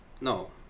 No